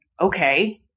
Okay